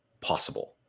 possible